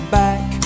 back